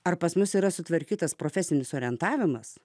ar pas mus yra sutvarkytas profesinis orientavimas